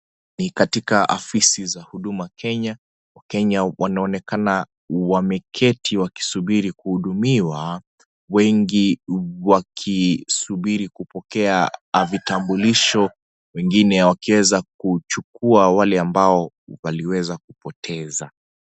Ni katika afisi za Huduma Kenya. Wakenya wanaoneka wameketi wakisubiri kuhudumiwa, wengi wakisubiri kupokea vitambulisho. Wengine wakiweza kuchukua wale ambao waliweza kupoteza.